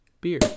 beer